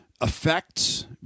affects